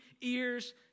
ears